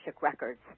records